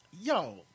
yo